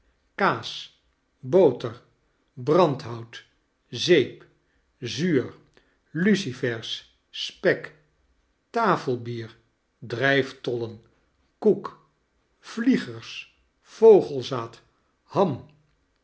kaas boter brandhout zeep zuur lucifers spek tafelbier drijftollen koek vliegers vogelzaad ham